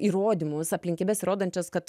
įrodymus aplinkybes įrodančias kad